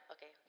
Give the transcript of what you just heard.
Okay